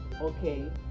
okay